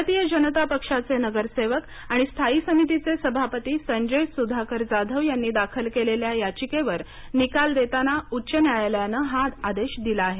भारतीय जनता पक्षाचे नगरसेवक आणि स्थायी समितीचे सभापती संजय सुधाकर जाधव यांनी दाखल केलेल्या याचिकेवर निकाल देतांना उच्च न्यायालयाने हा आदेश दिला आहे